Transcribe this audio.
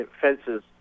Fences